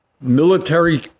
military